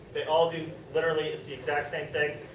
they all do literally the exact same thing.